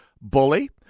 bully